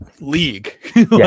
league